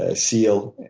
ah seal,